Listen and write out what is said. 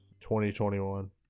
2021